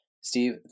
Steve